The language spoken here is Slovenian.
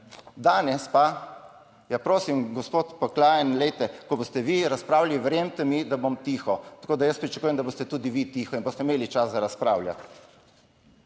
danes pa, ja prosim gospod Pohlajen, glejte, ko boste vi razpravljali, verjemite mi, da bom tiho, tako da jaz pričakujem, da boste tudi vi tiho in boste imeli čas za razpravljati.